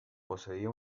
poseía